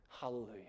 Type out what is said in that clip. Hallelujah